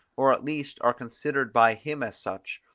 or at least are considered by him as such,